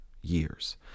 years